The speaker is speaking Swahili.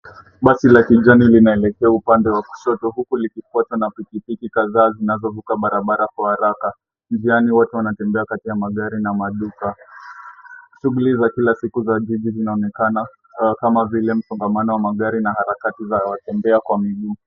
Basi la kijani linaelekea upande wa kushoto, huku likifuatwa na pikipiki kadhaa, zinazovuka barabara kwa haraka. Njiani watu wanatembea kati ya magari na maduka, shughuli za kila siku za jiji zinaonekana, kama vile msongamano wa magari na harakati za watembea kwa miguu.